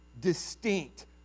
distinct